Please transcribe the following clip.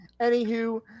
Anywho